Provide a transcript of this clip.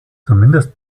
zumindest